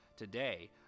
today